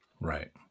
Right